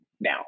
now